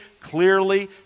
clearly